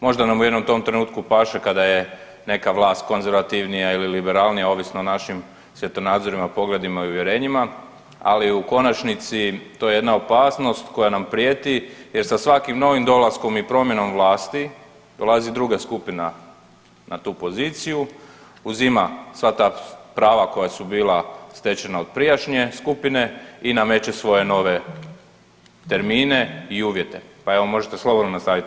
Možda nam u jednom tom trenutku paše kada je neka vlast konzervativnija ili liberalnija ovisno o našim svjetonazorima, pogledima i uvjerenjima, ali u konačnici to je jedna opasnost koja nam prijeti jer sa svakim novim dolaskom i promjenom vlasti dolazi druga skupina na tu poziciju, uzima sva ta prava koja su bila stečena od prijašnje skupine i nameće svoje nove termine i uvjete, pa evo možete slobodno nastaviti u tom nastavku.